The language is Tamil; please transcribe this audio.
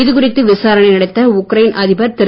இதுகுறித்து விசாரணை நடத்த உக்ரைன் அதிபர் திரு